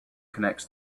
connects